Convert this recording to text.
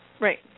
Right